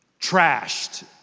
trashed